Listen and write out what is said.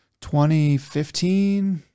2015